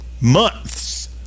months